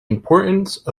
importance